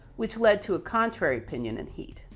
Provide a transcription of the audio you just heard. which led to a contrary opinion in heat.